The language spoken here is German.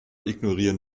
ignorieren